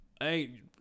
hey